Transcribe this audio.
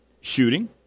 shooting